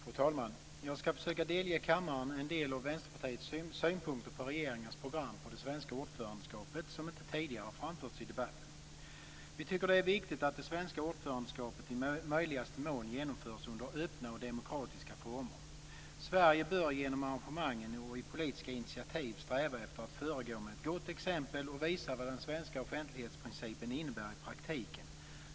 Fru talman! Jag ska försöka delge kammaren en del av Vänsterpartiets synpunkter på regeringens program för det svenska ordförandeskapet som inte tidigare har framförts i debatten. Vi tycker att det är viktigt att det svenska ordförandeskapet i möjligaste mån genomförs under öppna och demokratiska former. Sverige bör genom arrangemangen och i politiska initiativ sträva efter att föregå med ett gott exempel och visa vad den svenska offentlighetsprincipen innebär i praktiken.